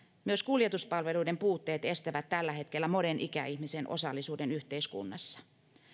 myös kuljetuspalveluiden puutteet estävät tällä hetkellä monen ikäihmisen osallisuuden yhteiskunnassa